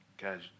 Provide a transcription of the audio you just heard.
Guys